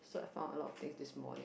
so I found a lot of things this morning